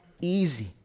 easy